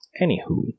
Anywho